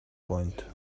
point